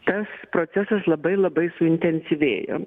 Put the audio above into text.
tas procesas labai labai suintensyvėjo